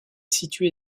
situé